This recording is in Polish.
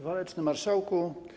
Waleczny Marszałku!